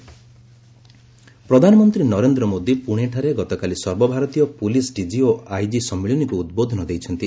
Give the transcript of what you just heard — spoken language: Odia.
ପିଏମ୍ ଡିଜିପି ପୁନେ ପ୍ରଧାନମନ୍ତ୍ରୀ ନରେନ୍ଦ୍ର ମୋଦି ପୁଣେଠାରେ ଗତକାଲି ସର୍ବଭାରତୀୟ ପୁଲିସ୍ ଡିଜି ଓ ଆଇଜି ସମ୍ମିଳନୀକୁ ଉଦ୍ବୋଧନ ଦେଇଛନ୍ତି